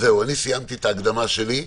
סיימתי את ההקדמה שלי,